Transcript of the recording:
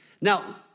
Now